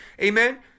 Amen